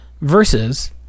versus